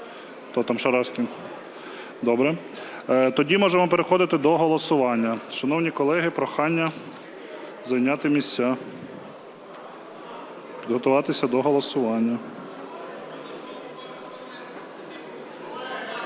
Тоді можемо переходити до голосування. Шановні колеги, прохання зайняти місця, підготуватися до голосування.